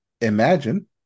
Imagine